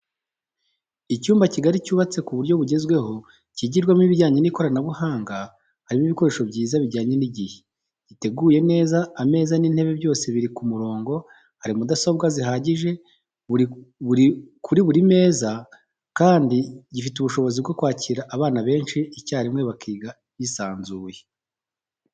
Icyumba kigari cyubatse ku buryo bugezweho kigirwamo ibijyanye n'ikoranabuhanga harimo ibikoresho byiza bijyanye n'igihe, giteguye neza ameza n'intebe byose biri ku murongo, hari mudasobwa zihagije kuri buri meza kandi gifite ubushobozi bwo kwakira abana benshi icyarimwe bakiga bisanzuye.